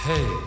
Hey